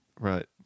Right